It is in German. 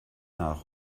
nach